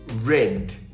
red